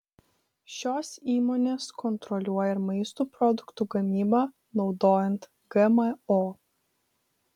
šios įmonės kontroliuoja ir maisto produktų gamybą naudojant gmo